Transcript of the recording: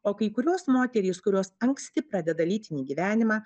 o kai kurios moterys kurios anksti pradeda lytinį gyvenimą